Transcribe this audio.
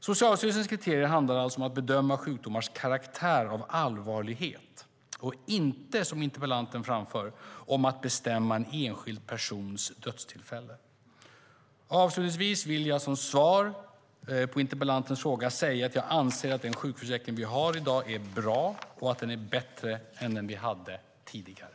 Socialstyrelsens kriterier handlar alltså om att bedöma sjukdomars karaktär av allvarlighet och inte, som interpellanten framför, om att bestämma en enskild persons dödstillfälle. Avslutningsvis vill jag som svar på interpellantens fråga säga att jag anser att den sjukförsäkring vi har i dag är bra och att den är bättre än den vi hade tidigare.